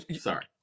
Sorry